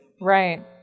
Right